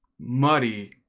muddy